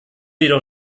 jedoch